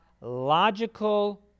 logical